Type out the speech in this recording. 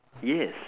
yes